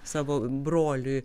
savo broliui